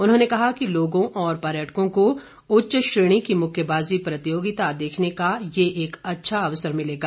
उन्होंने कहा कि लोगों और पर्यटकों को उच्च श्रेणी की मुक्केबाजी प्रतियोगिता देखने का ये एक अच्छा अवसर मिलेगा